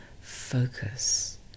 focus